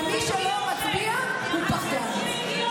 ומי שלא מצביע הוא פחדן.